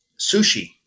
sushi